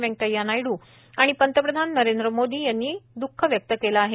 व्यंकय्या नायड् आणि पंतप्रधान नरेंद्र मोदी यांनी दःख व्यक्त केलं आहे